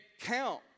count